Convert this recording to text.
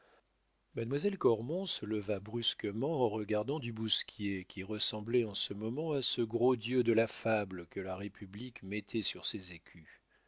mademoiselle cormon se leva brusquement en regardant du bousquier qui ressemblait en ce moment à ce gros dieu de la fable que la république mettait sur ses écus